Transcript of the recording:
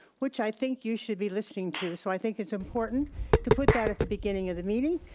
which i think you should be listening to. so i think it's important to put that at the beginning of the meeting.